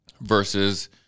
versus